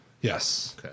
Yes